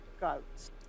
goats